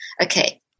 Okay